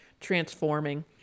transforming